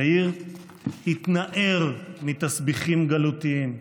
יאיר התנער מתסביכים גלותיים.